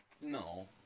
No